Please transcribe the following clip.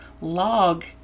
log